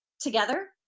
together